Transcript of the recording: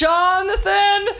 Jonathan